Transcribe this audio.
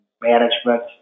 management